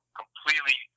completely